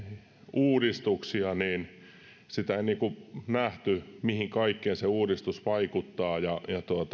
uudistuksia niin ei nähty mihin kaikkeen se uudistus vaikuttaa ja